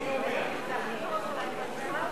אי-אמון